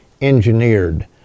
engineered